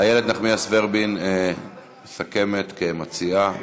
איילת נחמיאס ורבין מסכמת כמציעה.